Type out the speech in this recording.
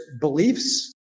beliefs